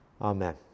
amen